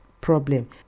problem